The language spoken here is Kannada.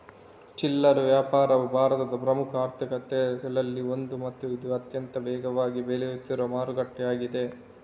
ಚಿಲ್ಲರೆ ವ್ಯಾಪಾರವು ಭಾರತದ ಪ್ರಮುಖ ಆರ್ಥಿಕತೆಗಳಲ್ಲಿ ಒಂದು ಮತ್ತು ಇದು ಅತ್ಯಂತ ವೇಗವಾಗಿ ಬೆಳೆಯುತ್ತಿರುವ ಮಾರುಕಟ್ಟೆಯಾಗಿದೆ